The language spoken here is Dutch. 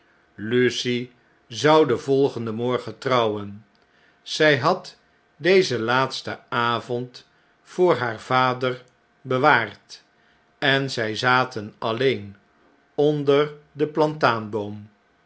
lucie zou den volgenden morgen trouwen zjj had dezen laatsten avond voor haar vader bewaard en zy zaten alleen onder den